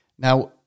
Now